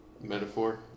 metaphor